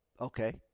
Okay